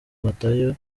matayo